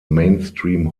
mainstream